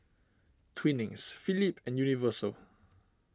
Twinings Philips and Universal